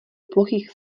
plochých